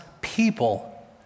people